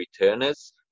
returners